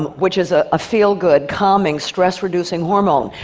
which is a ah feel-good, calming, stress-reducing hormone.